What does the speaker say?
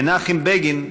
מנחם בגין,